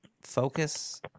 focus